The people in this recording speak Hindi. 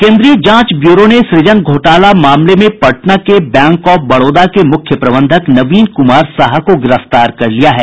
केंद्रीय जांच ब्यूरो ने सुजन घोटाला मामले में पटना के बैंक ऑफ बड़ौदा के मुख्य प्रबंधक नवीन कुमार साहा को गिरफ्तार कर लिया है